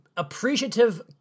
appreciative